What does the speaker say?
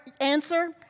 answer